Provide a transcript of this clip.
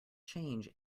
change